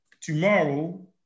tomorrow